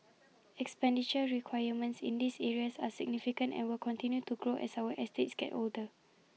expenditure requirements in these areas are significant and will continue to grow as our estates get older